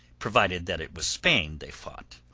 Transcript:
provided that it was spain they fought.